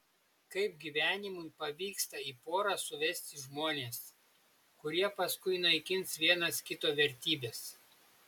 kaip gyvenimui pavyksta į porą suvesti žmones kurie paskui naikins vienas kito vertybes